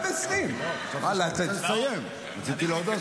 2.20. חשבתי שאתה מסיים, רציתי להודות.